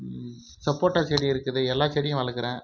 சப்போட்டா செடி இருக்குது எல்லாச் செடியும் வளர்க்குறேன்